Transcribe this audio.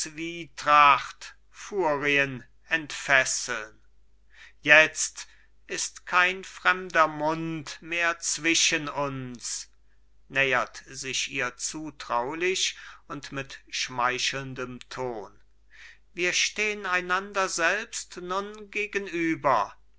zwietracht furien entfesseln jetzt ist kein fremder mund mehr zwischen uns nähert sich ihr zutraulich und mit schmeichelndem ton wir stehn einander selbst nun gegenüber